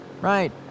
Right